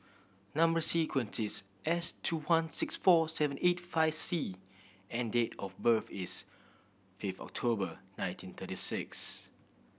number sequence is S two one six four seven eight five C and date of birth is fifth October nineteen thirty six